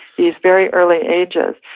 these very early ages.